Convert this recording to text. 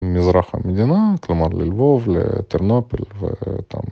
מזרח המדינה, כלומר ללבוב, לטרנופול, ו...